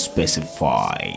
specify